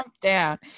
down